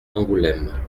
angoulême